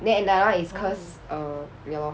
then another one is cause err ya lor